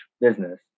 business